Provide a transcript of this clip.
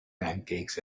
pancakes